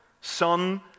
Son